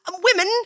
women